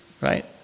right